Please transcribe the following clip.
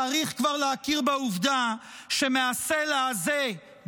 צריך כבר להכיר בעובדה שמהסלע הזה,